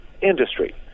industry